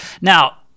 Now